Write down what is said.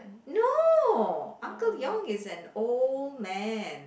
no uncle Yong is an old man